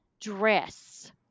dress